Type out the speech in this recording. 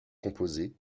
composé